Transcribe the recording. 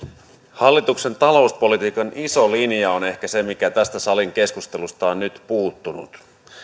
hallituksen talouspolitiikan iso linja on ehkä se mikä tästä salin keskustelusta on nyt puuttunut